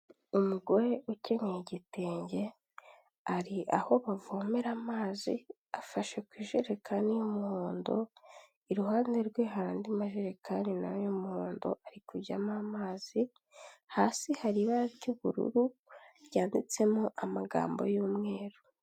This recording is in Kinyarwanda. Umugore ukennye igitenge ari aho bavomera amazi afashe ku ijerekani y'umuhondo, iruhande rwe hari andi majererekai nayo y'umuhondo ari kujyamo amazi hasi hari ibara ry'ubururu ryanditsemo amagambo y'umweru.